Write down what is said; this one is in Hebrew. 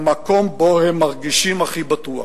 למקום שבו הם מרגישים הכי בטוח,